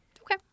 Okay